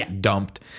dumped